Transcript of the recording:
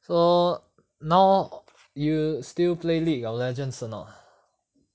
so now you still play league of legends or not